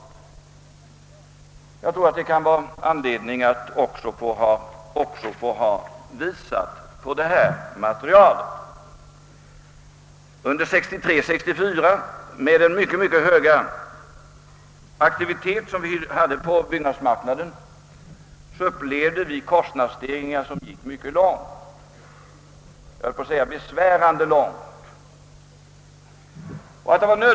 Jag tror att det finns anledning att visa på även det materialet. Under 1963 och 1964 hade vi en mycket hög aktivitet på byggnadsmarknaden och fick då känna av mycket långtgående — jag höll på att säga besvärande — kostnadsstegringar.